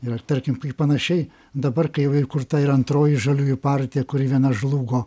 yra tarkim kaip panašiai dabar kai jau įkurta ir antroji žaliųjų partija kuri viena žlugo